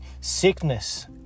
Sickness